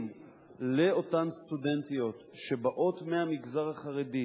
לאותן סטודנטיות שבאות מהמגזר החרדי,